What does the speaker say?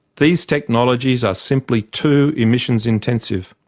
these technologies are simply too emissions intensive,